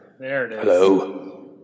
Hello